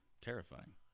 Terrifying